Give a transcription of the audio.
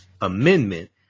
amendment